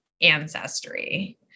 ancestry